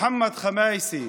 מוחמד ח'מאיסה